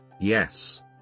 Yes